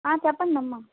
చెప్పండమ్మా